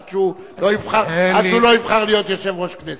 עד שהוא לא נבחר להיות יושב-ראש כנסת.